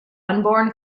unborn